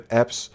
apps